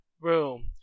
room